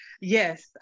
Yes